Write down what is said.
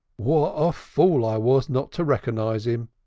what a fool i was not to rekkernize im!